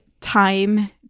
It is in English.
time